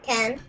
Ken